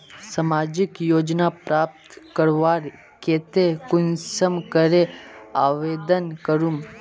सामाजिक योजना प्राप्त करवार केते कुंसम करे आवेदन करूम?